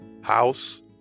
House